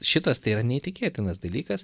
šitas tai yra neįtikėtinas dalykas